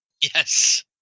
Yes